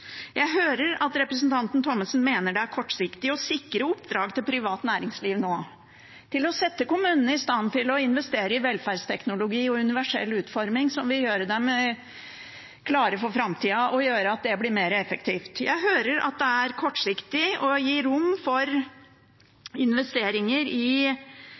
Jeg hører at representanten Thommessen mener det er kortsiktig å sikre oppdrag til privat næringsliv nå, til å sette kommunene i stand til å investere i velferdsteknologi og universell utforming, som vil gjøre dem klare for framtida og gjøre at det blir mer effektivt. Jeg hører at det er kortsiktig å gi rom for investeringer i